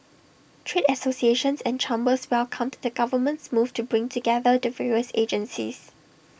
trade associations and chambers welcomed the government's move to bring together the various agencies